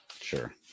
Sure